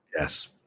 Yes